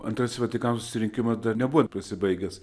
antrasis vatikano susirinkimas dar nebuvo pasibaigęs